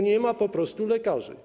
Nie ma po prostu lekarzy.